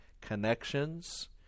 connections